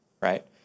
right